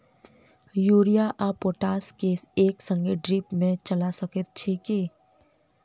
Urea आ potash केँ एक संगे ड्रिप मे चला सकैत छी की?